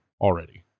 already